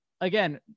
again